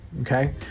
Okay